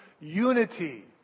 unity